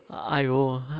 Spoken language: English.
!aiyo!